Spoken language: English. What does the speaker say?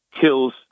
kills